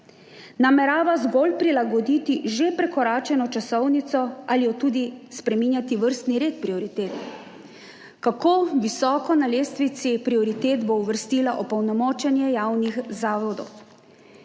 Namerava zgolj prilagoditi že prekoračeno časovnico ali jo tudi spreminjati? Vrstni red prioritet. Kako visoko na lestvici prioritet bo uvrstila opolnomočenje javnih zavodov,